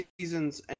seasons